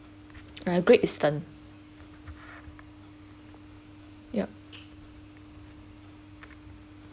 uh great eastern yup